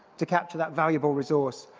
to capture that valuable resource.